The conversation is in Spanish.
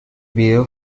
video